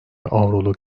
avroluk